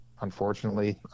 unfortunately